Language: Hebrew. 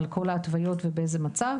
על כל ההתוויות ובאיזה מצד,